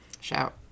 Shout